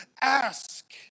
ask